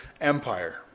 Empire